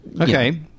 okay